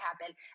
happen